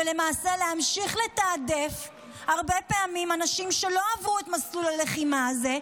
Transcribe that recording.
ולמעשה להמשיך לתעדף הרבה פעמים אנשים שלא עברו את מסלול הלחימה הזה.